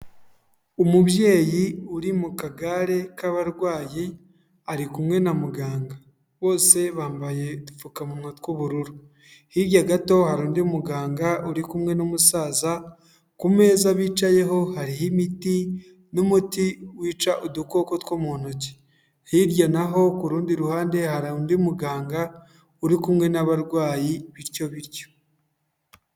Umubyeyi uri mu kagare k'abarwayi ari kumwe na muganga, bose bambaye udupfukamunwa tw'ubururu, hirya gato hari undi muganga uri kumwe n'umusaza, ku meza bicayeho hariho imiti n'umuti wica udukoko two mu ntoki, hirya naho ku rundi ruhande hari undi muganga uri kumwe n'abarwayi bityo bityo.